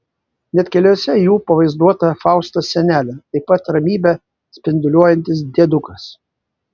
net keliuose jų pavaizduota faustos senelė taip pat ramybe spinduliuojantis diedukas